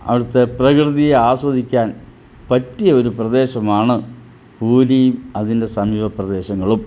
അവിടത്തെ പ്രകൃതിയെ ആസ്വദിക്കാൻ പറ്റിയ ഒരു പ്രദേശമാണ് പൂരിയും അതിൻ്റെ സമീപ പ്രദേശങ്ങളും